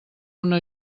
una